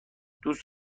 دوست